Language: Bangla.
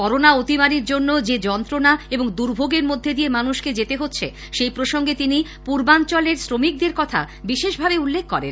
করোনা অতিমারীর জন্য যে যন্ত্রণা এবং দুর্ভোগের মধ্য দিয়ে মানুষকে যেতে হচ্ছে সে প্রসঙ্গে তিনি পূর্বাঞ্চলের শ্রমিকদের কথা বিশেষভাবে উল্লেখ করেন